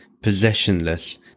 possessionless